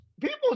people